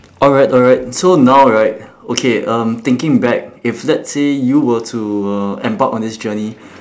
alright alright so now right okay um thinking back if let's say you were to uh embark on this journey